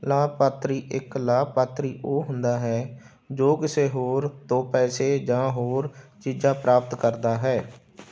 ਲਾਭਪਾਤਰੀ ਇੱਕ ਲਾਭਪਾਤਰੀ ਉਹ ਹੁੰਦਾ ਹੈ ਜੋ ਕਿਸੇ ਹੋਰ ਤੋਂ ਪੈਸੇ ਜਾਂ ਹੋਰ ਚੀਜ਼ਾਂ ਪ੍ਰਾਪਤ ਕਰਦਾ ਹੈ